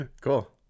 Cool